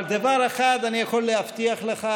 אבל דבר אחד אני יכול להבטיח לך,